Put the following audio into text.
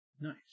Nice